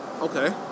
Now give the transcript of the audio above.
Okay